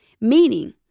meaning